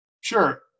Sure